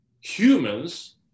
humans